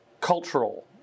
cultural